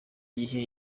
gihe